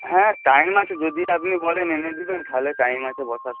হ্যাঁ টাইম আছে যদি আপনি বলেন এনে দেবেন তাহলে টাইম আছে বসার